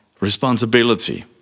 responsibility